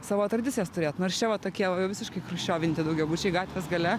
savo tradicijas turėt nors čia va tokie va jau visiškai chruščiovinti daugiabučiai gatvės gale